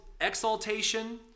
exaltation